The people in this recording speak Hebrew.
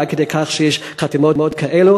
עד כדי כך שיש חתימות כאלה.